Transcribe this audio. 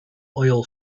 oil